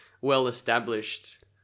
well-established